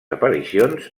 aparicions